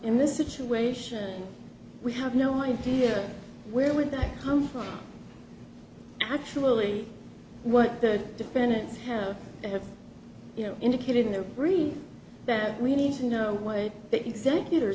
in this situation we have no idea where would that come from actually what the defendants have they have you know indicated in their brief that we need to know what the executor